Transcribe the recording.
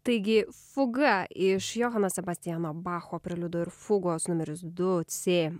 taigi fuga iš johano sebastiano bacho preliudu ir fugos numeris du c